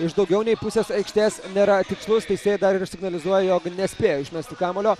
iš daugiau nei pusės aikštės nėra tikslus teisėjai dar ir signalizuoja jog nespėjo išmesti kamuolio